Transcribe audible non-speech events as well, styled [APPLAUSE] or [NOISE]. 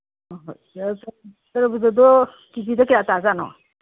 [UNINTELLIGIBLE] ꯇꯔꯕꯨꯖꯗꯣ ꯀꯦ ꯖꯤꯗ ꯀꯌꯥ ꯇꯥꯖꯥꯠꯅꯣ